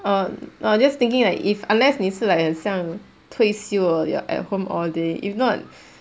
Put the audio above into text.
err no I'm just thinking like if unless 你是 like 很像退休 you're at home all day if not